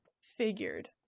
figured